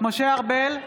משה ארבל,